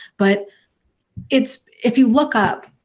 but it's. if you look up,